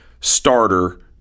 starter